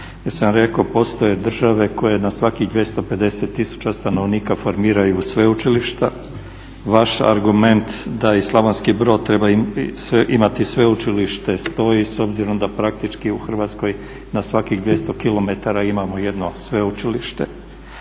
postoje države koje na svakih 250 tisuća stanovnika formiraju sveučilišta. Vaš argument da i Slavonski Brod treba imati sveučilište stoji s obzirom da praktički u Hrvatskoj na svakih 200 kilometara imamo jedno sveučilište.